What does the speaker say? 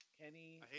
Kenny